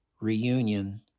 reunion